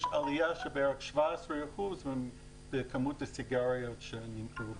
ויש עלייה של 17% בערך בכמות הסיגריות שנמכרו בארץ.